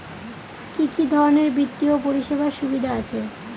কি কি ধরনের বিত্তীয় পরিষেবার সুবিধা আছে?